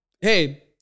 hey